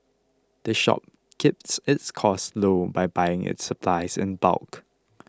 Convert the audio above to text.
the shop keeps its costs low by buying its supplies in bulk